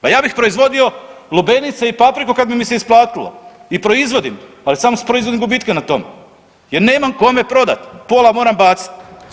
Ja bih proizvodio lubenice i papriku kad bi mi se isplatilo i proizvodim, ali samo proizvodim gubitke na tome jer nemam kome prodati, pola moram baciti.